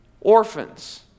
orphans